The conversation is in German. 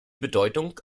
bedeutung